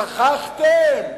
שכחתם?